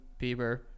Bieber